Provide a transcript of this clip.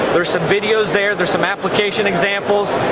there's some videos there, there's some application examples,